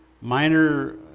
minor